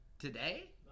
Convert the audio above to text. today